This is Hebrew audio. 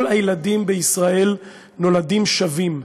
כל הילדים בישראל נולדים שווים.